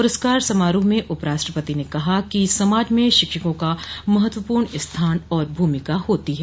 पुरस्कार समाराह में उपराष्ट्रपति ने कहा कि समाज में शिक्षकों का महत्वपूर्ण स्थान और भूमिका होती है